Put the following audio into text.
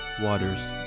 Waters